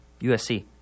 USC